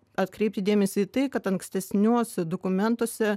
atkreipti dėmesį tai kad ankstesniuose dokumentuose